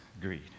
greed